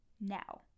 now